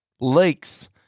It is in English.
lakes